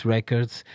Records